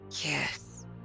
Yes